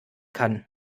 kann